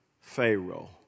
Pharaoh